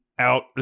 Out